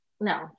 no